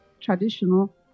traditional